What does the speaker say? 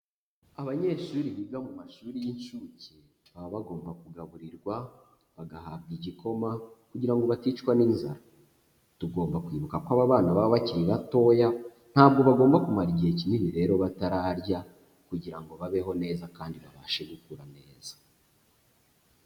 Abanyeshuri biga mu mashuri y'inshuke baba bagomba kugaburirwa, bagahabwa igikoma kugira ngo baticwa n'inzara, tugomba kwibuka ko aba bana baba bakiri batoya ntabwo bagomba kumara igihe kinini rero batararya kugira ngo babeho neza kandi babashe gukura neza.